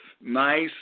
nice